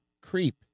creep